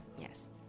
Yes